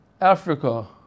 Africa